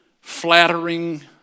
flattering